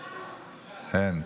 אין.